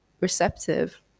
receptive